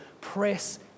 Press